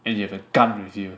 and you have a gun with you